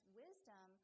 wisdom